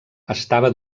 estava